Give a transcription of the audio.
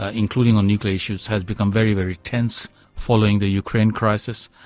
ah including on nuclear issues, has become very, very tense following the ukraine crisis.